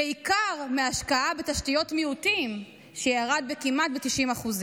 בעיקר מההשקעה בתשתיות מיעוטים, שירדה כמעט ב-90%.